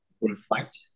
reflect